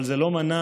אבל זה לא מנע,